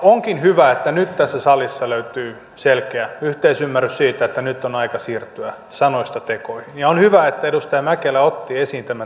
onkin hyvä että nyt tässä salissa löytyy selkeä yhteisymmärrys siitä että nyt on aika siirtyä sanoista tekoihin ja on hyvä että edustaja mäkelä otti esiin tämän tietojenvaihtokysymyksen